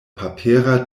papera